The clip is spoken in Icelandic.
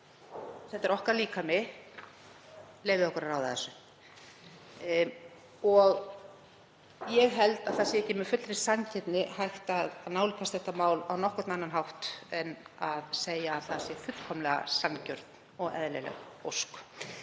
Þetta er okkar líkami. Leyfið okkur að ráða þessu. Ég held að það sé ekki með fullri sanngirni hægt að nálgast þetta mál á nokkurn annan hátt en að segja að það sé fullkomlega sanngjörn og eðlileg ósk.